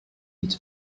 needs